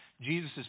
Jesus